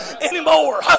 anymore